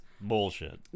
Bullshit